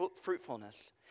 fruitfulness